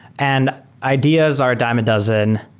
and ideas are a dime a dozen.